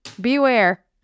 Beware